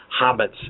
hobbits